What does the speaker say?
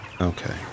Okay